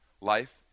life